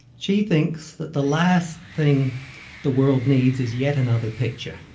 she thinks that the last thing the world needs is yet another picture.